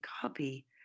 copy